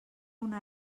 una